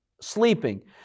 sleeping